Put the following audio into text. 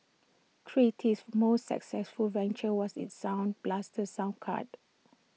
creative's most successful venture was its sound blaster sound card